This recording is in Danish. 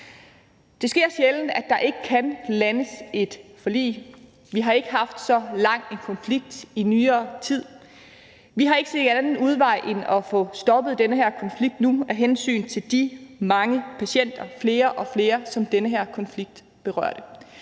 Det sker sjældent, at der ikke kan landes et forlig. Vi har ikke haft så lang en konflikt i nyere tid. Vi har ikke set anden udvej end at få stoppet den her konflikt nu af hensyn til de mange patienter, flere og flere, som den her konflikt har berørt.